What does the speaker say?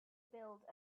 build